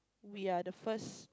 we are the first